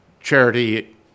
charity